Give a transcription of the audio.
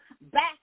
back